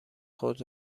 خود